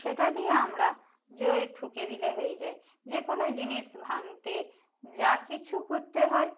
সেটা দিয়ে আমরা জোরে ঠুকে দিলে হয়ে যায় যে কোনো জিনিস ভাঙতে যা কিছু করতে হয়